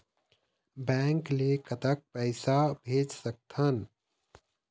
Bank ले कतक पैसा भेज सकथन?